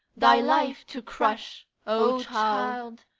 thy life to crush, o child,